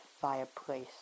fireplace